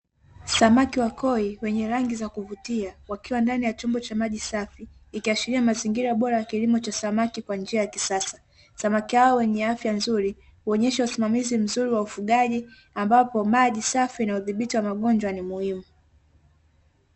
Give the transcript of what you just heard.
Samaki wa koi wenye rangi za kuvutia wakiwa ndani ya chombo cha maji safi, ikiashiria mazingira bora ya kilimo cha samaki kwa njia ya kisasa, samaki hao wenye afya nzuri huonyesha usimamizi mzuri wa ufugaji ambapo maji safi na udhibiti wa magonjwa ni muhimu.